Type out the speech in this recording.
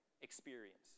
experience